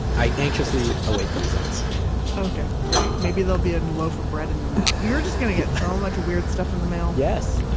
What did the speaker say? i anxiously await the results okay, great. maybe there'll be a loaf of bread in the mail. you're just gonna get so much weird stuff in the mail yes,